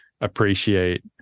appreciate